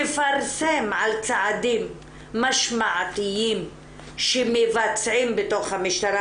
תפרסם על צעדים משמעתיים שמבצעים בתוך המשטרה